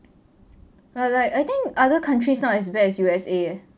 well like I think other countries not as bad as U_S_A leh